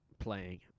playing